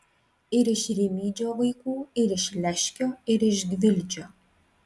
ir iš rimydžio vaikų ir iš leškio ir iš gvildžio